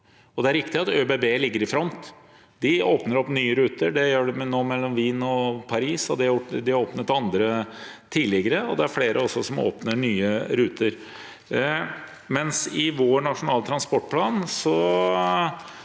Det er riktig at ÖBB ligger i front, og de åpner nye ruter. Det gjør de nå mellom Wien og Paris, og de har åpnet andre tidligere. Det er flere som åpner nye ruter. I vår nasjonale transportplan